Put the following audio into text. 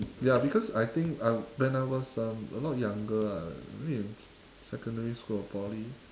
ya because I think uh when I was um a lot younger ah maybe in secondary school or poly